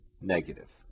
negative